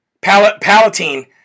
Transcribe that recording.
Palatine